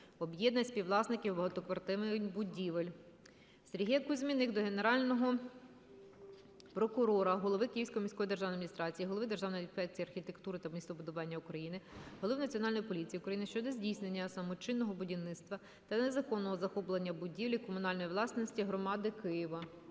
(об'єднань співвласників багатоквартирних будівель). Сергія Кузьміних до Генерального прокурора, Голови Київської міської державної адміністрації, Голови Державної інспекції архітектури та містобудування України, Голови Національної поліції України щодо здійснення самочинного будівництва та незаконного захоплення будівлі комунальної власності громади Києва.